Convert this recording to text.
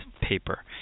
paper